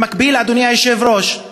במקביל, אדוני היושב-ראש,